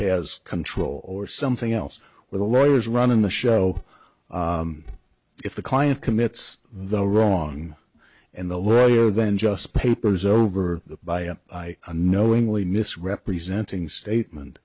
has control or something else where the lawyer is running the show if the client commits the wrong and the lawyer then just papers over the by a i knowingly misrepresenting statement